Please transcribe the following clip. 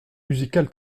musical